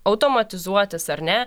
automatizuotis ar ne